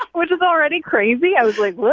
which is already crazy. i was like,